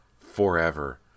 Forever